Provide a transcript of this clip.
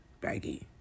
baggy